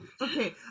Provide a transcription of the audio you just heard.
Okay